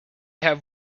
have